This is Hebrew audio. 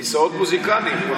כיסאות מוזיקליים.